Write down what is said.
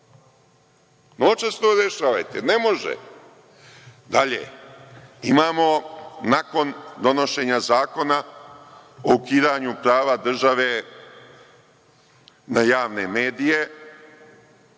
Noćas to rešavajte, ne može. Dalje, imamo nakon donošenja zakona o ukidanju prava države na javne medije